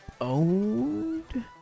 owned